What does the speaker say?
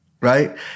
right